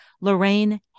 Lorraine